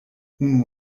unu